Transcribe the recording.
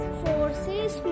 forces